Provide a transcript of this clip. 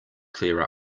clear